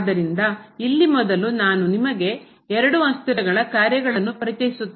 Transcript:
ಆದ್ದರಿಂದ ಇಲ್ಲಿ ಮೊದಲು ನಾನು ನಿಮಗೆ ಎರಡು ಅಸ್ಥಿರಗಳ ಕಾರ್ಯಗಳನ್ನು ಪರಿಚಯಿಸುತ್ತೇನೆ